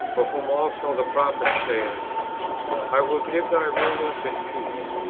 of whom also the prophet says i will give thy rulers in peace,